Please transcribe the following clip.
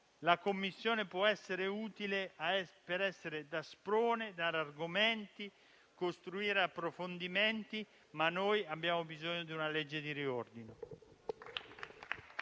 La Commissione può essere utile per fungere da sprone, dare argomenti e costruire approfondimenti, ma noi abbiamo bisogno di una legge di riordino.